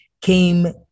came